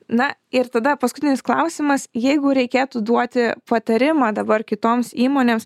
na ir tada paskutinis klausimas jeigu reikėtų duoti patarimą dabar kitoms įmonėms